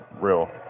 real